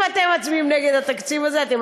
אם אתם מצביעים נגד התקציב הזה אתם